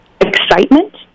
excitement